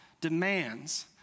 demands